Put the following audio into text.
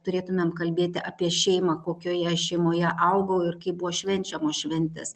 turėtumėm kalbėti apie šeimą kokioje šeimoje augau ir kaip buvo švenčiamos šventės